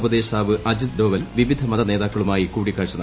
ഉപദേഷ്ടാവ് അജിത് ഡോവൽ വിവിധ മതനേതാക്കളുമായി കൂടിക്കാഴ്ച നടത്തി